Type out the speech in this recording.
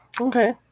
Okay